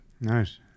Nice